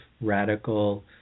radical